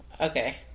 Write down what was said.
Okay